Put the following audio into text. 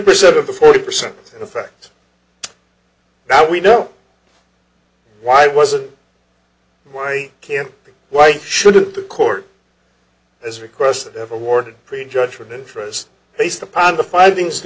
percent of the forty percent in effect now we know why wasn't why can't why shouldn't the court has requested ever awarded prejudgment interest based upon the findings